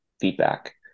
feedback